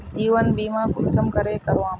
जीवन बीमा कुंसम करे करवाम?